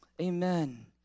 Amen